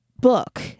book